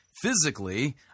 physically